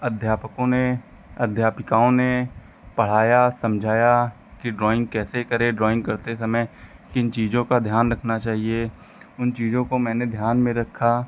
अध्यापकों ने अध्यापिकाओं से पढ़ाया समझाया कि ड्राइंग कैसे करें ड्राइंग करते समय किन चीज़ों का ध्यान रखना चाहिए उन चीज़ों को मैंने ध्यान में रखा